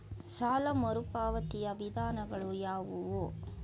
ಸಾಲ ಮರುಪಾವತಿಯ ವಿಧಾನಗಳು ಯಾವುವು?